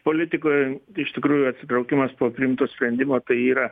politikoj tai iš tikrųjų atsitraukimas priimto sprendimo tai yra